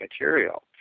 material